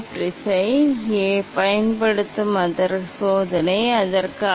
ஒளிவிலகல் குறியீடு எவ்வாறு அலைநீளத்தைப் பொறுத்தது